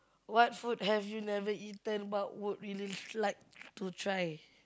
what food have you never eaten but would really like to try